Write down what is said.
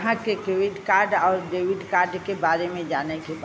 ग्राहक के credit card और डेविड कार्ड के बारे में जाने के बा?